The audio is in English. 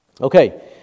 Okay